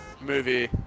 movie